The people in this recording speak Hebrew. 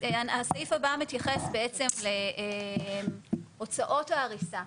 הסעיף הבא מתייחס בעצם להוצאות ההריסה.